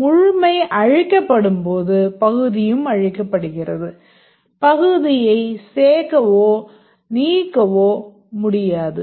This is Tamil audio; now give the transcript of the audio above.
முழுமை அழிக்கப்படும் போது பகுதியும் அழிக்கப்படுகிறது பகுதிகளைச் சேர்க்கவோ நீக்கவோ முடியாது